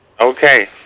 Okay